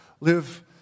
live